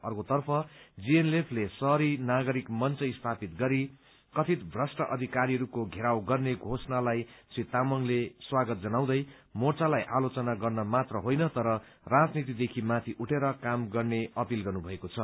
अर्कोतर्फ जीएनएलएफले शहरी नागरिक मंच स्थापित गरी कथित भ्रष्ट अधिकारीहरूको घेराव गर्ने घोषणालाई श्री तामाङले स्वागत जनाउँदै मोर्चालाई आलोचना गर्न मात्र होइन तर राजनीतिदेखि माथि उठेर काम गर्ने अपील गर्नुभएको छ